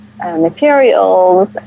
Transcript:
materials